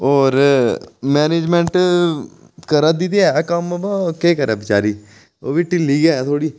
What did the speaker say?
होर मैनेजमेंट करै दी ते ऐ कम्म बो केह् करै बचारी ओह् बी ढिल्ली गै थोह्ड़ी